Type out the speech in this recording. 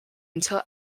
until